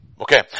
Okay